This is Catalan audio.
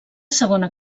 segona